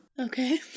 Okay